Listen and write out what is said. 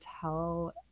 tell